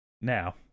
Now